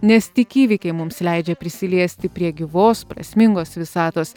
nes tik įvykiai mums leidžia prisiliesti prie gyvos prasmingos visatos